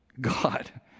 God